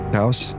house